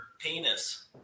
penis